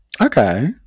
Okay